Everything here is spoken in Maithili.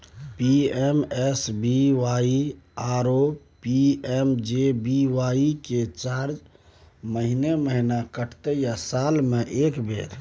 पी.एम.एस.बी.वाई आरो पी.एम.जे.बी.वाई के चार्ज महीने महीना कटते या साल म एक बेर?